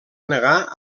negar